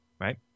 right